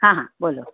હા હા બોલો